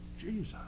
Jesus